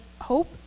hope